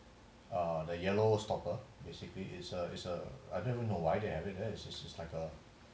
uh the yellow stopper basically it's a it's a I don't know why they have it it's it's like a